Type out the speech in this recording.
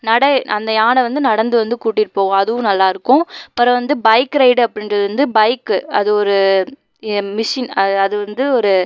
நடை அந்த யானை வந்து நடந்து வந்து கூட்டிகிட்டு போகும் அதுவும் நல்லாயிருக்கும் அப்புறம் வந்து பைக் ரைடு அப்படின்றது வந்து பைக்கு அது ஒரு எ மிஷின் அது வந்து ஒரு